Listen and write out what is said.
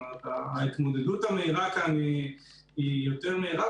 ההתמודדות המהירה כאן היא יותר מהירה,